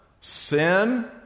sin